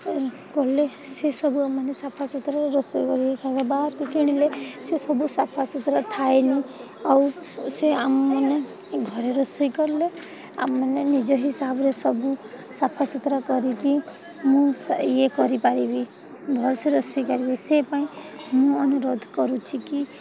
କଲେ ସେସବୁ ଆମେମାନେ ସଫା ସୁତୁରାରେ ରୋଷେଇ କରିକି ଖାଇବା ବାହାରୁ କିଣିଲେ ସେସବୁ ସଫା ସୁୁତୁରା ଥାଏନି ଆଉ ସେ ଆମମାନେ ଘରେ ରୋଷେଇ କଲେ ଆମେମାନେ ନିଜ ହିସାବରେ ସବୁ ସଫା ସୁତୁରା କରିକି ମୁଁ ଇଏ କରିପାରିବି ଭଲସେ ରୋଷେଇ କରିବି ସେ ପାଇଁ ମୁଁ ଅନୁରୋଧ କରୁଛି କି